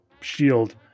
shield